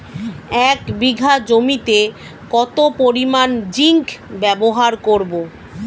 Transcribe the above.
এক বিঘা জমিতে কত পরিমান জিংক ব্যবহার করব?